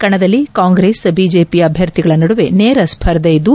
ಕಣದಲ್ಲಿ ಕಾಂಗ್ರೆಸ್ ಬಿಜೆಪಿ ಅಭ್ಯರ್ಥಿಗಳ ನಡುವೆ ನೇರ ಸ್ವರ್ಧೆ ಇದ್ದು